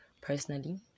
personally